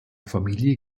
familie